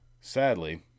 Sadly